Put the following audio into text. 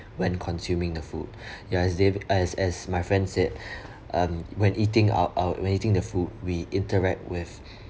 when consuming the food ya as david as as my friend said um when eating out out when eating the food we interact with